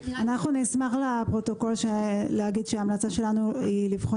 נשמח להגיד לפרוטוקול שההמלצה שלנו היא לבחון